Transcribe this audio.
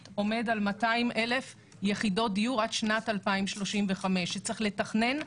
עומדים על 200,000 יחידות דיור עד שנת 2035. צריך לתכנן,